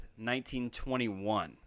1921